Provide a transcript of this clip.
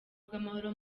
bw’amahoro